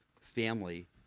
family